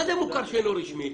מה זה מוכר שאינו רשמי?